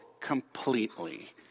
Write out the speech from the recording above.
completely